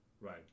right